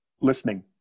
Listening